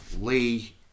Lee